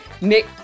Nick